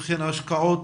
וכן ההשקעות